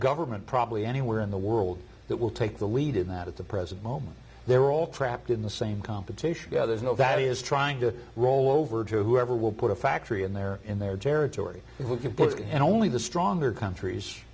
government probably anywhere in the world that will take the lead in that at the present moment they're all trapped in the same competition gathers no value is trying to roll over to whoever will put a factory in there in their territory who can push it and only the stronger countries